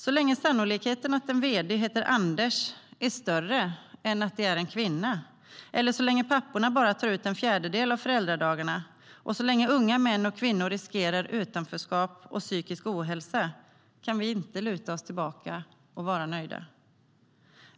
Så länge sannolikheten att en vd heter Anders är större än att det är en kvinna, så länge papporna bara tar ut en fjärdedel av föräldradagarna och så länge unga män och kvinnor riskerar utanförskap och psykisk ohälsa kan vi inte luta oss tillbaka och vara nöjda.